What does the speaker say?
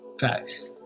Facts